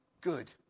good